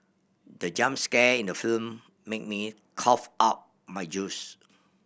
the jump scare in the film made me cough out my juice